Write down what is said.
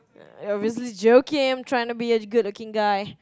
I'm obviously joking I'm tryna be a good looking guy